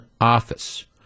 office